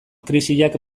krisiak